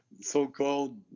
so-called